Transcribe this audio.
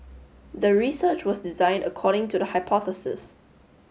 the research was designed according to the hypothesis